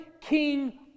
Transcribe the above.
king